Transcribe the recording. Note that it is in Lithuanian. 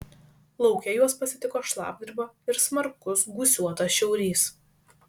lauke juos pasitiko šlapdriba ir smarkus gūsiuotas šiaurys